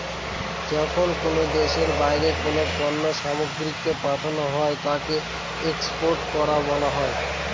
যখন কোনো দেশের বাইরে কোনো পণ্য সামগ্রীকে পাঠানো হয় তাকে এক্সপোর্ট করা বলা হয়